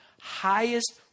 highest